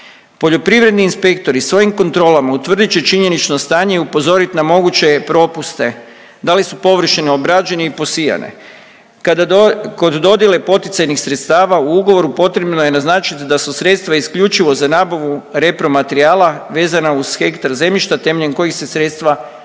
Poljoprivredni inspektori svojim kontrolama utvrdit će činjenično stanje i upozoriti na moguće propuste, da li su površine obrađene i posijane. Kod dodjele poticajnih sredstava u ugovoru potrebno je naznačiti da su sredstva isključivo za nabavu repromaterijala vezana uz hektar zemljišta temeljem kojih se sredstva ostvaruju.